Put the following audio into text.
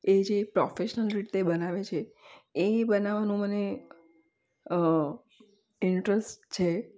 એ જે પ્રોફેશનલ રીતે બનાવે છે એ બનાવવાનું મને ઇન્ટરસ્ટ છે